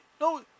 No